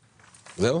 זהו?